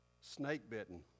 Snake-bitten